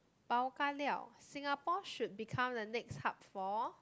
Bao Ka Liao Singapore should become the next hub for